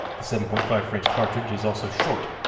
the seven point five french cartridge is also short,